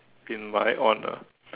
in my honour